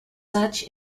such